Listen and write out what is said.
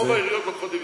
היא שאלה פוליטית.